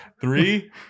Three